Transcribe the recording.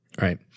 Right